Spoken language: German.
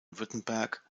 württemberg